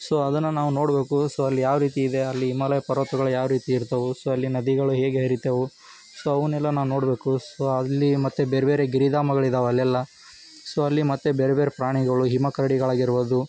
so ಅದನ್ನು ನಾವು ನೋಡಬೇಕು ಸೊ ಅಲ್ಲಿ ಯಾವ ರೀತಿ ಇದೆ ಅಲ್ಲಿ ಹಿಮಾಲಯ ಪರ್ವತಗಳು ಯಾವ ರೀತಿ ಇರ್ತವು ಸೊ ಅಲ್ಲಿ ನದಿಗಳು ಹೇಗೆ ಹರಿತವು ಸೊ ಅವನ್ನೆಲ್ಲ ನಾನು ನೋಡಬೇಕು ಸೊ ಅಲ್ಲಿ ಮತ್ತೆ ಬೇರೆ ಬೇರೆ ಗಿರಿಧಾಮಗಳಿದ್ದಾವೆ ಅಲ್ಲೆಲ್ಲ ಸೊ ಅಲ್ಲಿ ಮತ್ತು ಬೇರೆ ಬೇರೆ ಪ್ರಾಣಿಗಳು ಹಿಮಕರಡಿಗಳಾಗಿರ್ಬೋದು